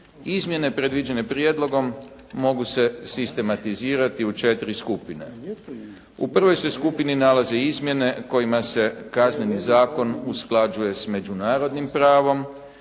Izmjene predviđene prijedlogom mogu se sistematizirati u četiri skupine. U prvoj se skupini nalaze izmjene kojima se Kazneni zakon usklađuje s međunarodnim pravom